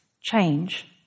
change